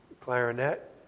clarinet